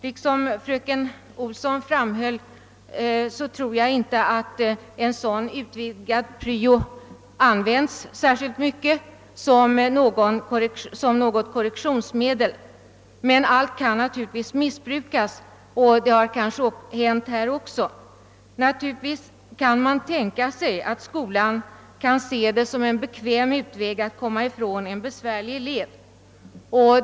Liksom fröken Olsson tror jag inte att en sådan utvidgad pryo används särskilt mycket som korrektionsmedel. Men allt kan naturligtvis missbrukas, och det har kanske hänt också i detta sammanhang. Givetvis kan man tänka sig att skolan i förlängd yrkesorientering kan se en bekväm åtgärd att komma ifrån en besvärlig elev.